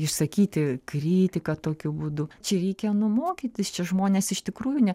išsakyti kritiką tokiu būdu čia reikia nu mokytis čia žmonės iš tikrųjų ne